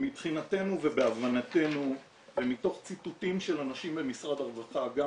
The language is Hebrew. מבחינתנו ובהבנתנו ומתוך ציטוטים של אנשים במשרד הרווחה גם